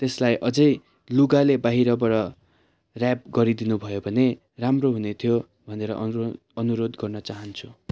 त्यसलाई अझै लुगाले बाहिरबाट ऱ्याप गरिदिनु भयो भने राम्रो हुने थियो भनेर अनुरो अनुरोध गर्न चाहन्छु